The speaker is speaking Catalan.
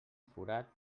forat